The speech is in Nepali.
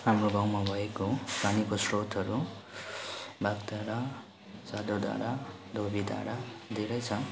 हाम्रो गाउँमा भएको पानीको स्रोतहरू बाग्धारा सदरधारा धोबीधारा धेरै छन्